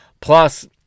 Plus